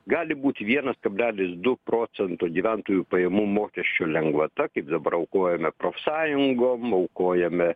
gali būti vienas kablelis du procento gyventojų pajamų mokesčio lengvata kaip dabar aukojame profsąjungom aukojame